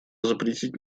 запретить